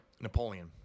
Napoleon